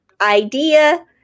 idea